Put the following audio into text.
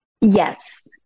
Yes